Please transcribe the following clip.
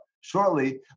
shortly